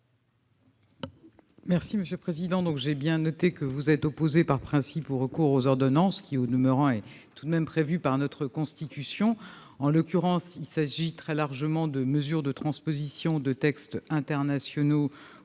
noté, madame la sénatrice, que vous êtes opposée par principe au recours aux ordonnances, dont je rappelle qu'il est tout de même prévu par notre Constitution. En l'occurrence, il s'agit très largement de mesures de transposition de textes internationaux